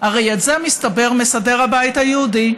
הרי את זה, מסתבר, מסדר הבית היהודי.